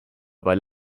weil